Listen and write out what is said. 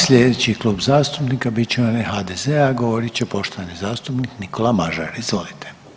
Slijedeći Klub zastupnika bit će onaj HDZ-a, a govorit će poštovani zastupnik Nikola Mažar, izvolite.